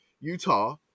Utah